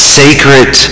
sacred